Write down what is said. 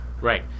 right